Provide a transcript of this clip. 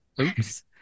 Oops